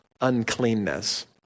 uncleanness